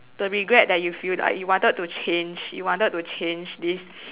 the regret that you feel like you wanted to change you wanted to change this